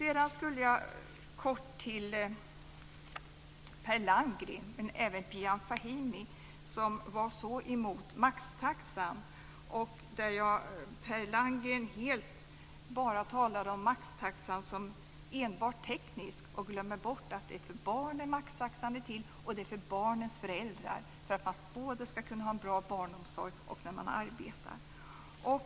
Jag vill säga något kort till Per Landgren och Bijan Fahimi, som var så emot maxtaxa. Per Landgren talade om maxtaxan som enbart teknisk och glömde bort att maxtaxan är till för barnen och för föräldrarna, så att man ska ha en bra barnomsorg när man arbetar.